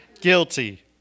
guilty